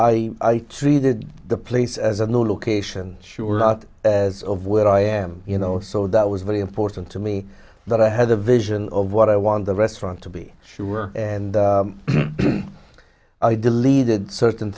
basically i treated the place as a new location sure not as of where i am you know so that was very important to me that i had a vision of what i want the restaurant to be sure and i deleted certain